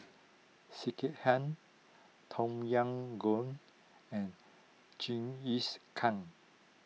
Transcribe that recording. Sekihan Tom Yam Goong and Jingisukan